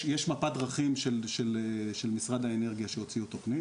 יש מפת דרכים של משרד האנרגיה שהוציאו תכנית,